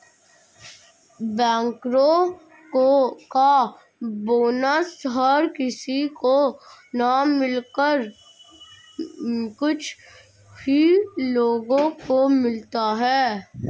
बैंकरो का बोनस हर किसी को न मिलकर कुछ ही लोगो को मिलता है